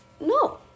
No